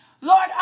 Lord